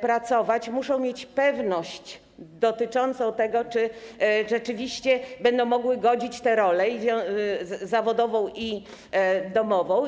pracować, muszą mieć pewność dotyczącą tego, czy rzeczywiście będą mogły godzić te role, zawodową i domową.